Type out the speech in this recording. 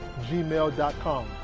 gmail.com